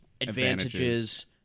Advantages